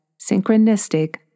synchronistic